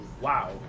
wow